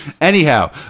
Anyhow